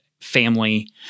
family